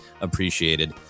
appreciated